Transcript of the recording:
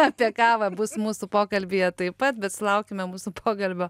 apie kavą bus mūsų pokalbyje taip pat laukiame mūsų pokalbio